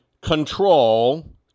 control